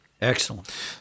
Excellent